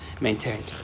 maintained